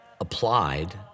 applied